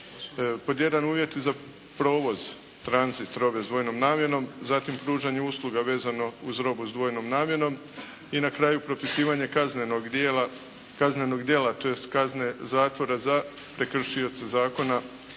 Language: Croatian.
Pod jedan, uvjeti za provoz, tranzit robe s dvojnom namjenom, zatim pružanje usluga vezano uz robu s dvojnom namjenom i na kraju propisivanje kaznenog djela, tj. kazne zatvora za prekršioca zakona